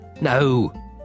No